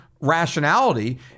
rationality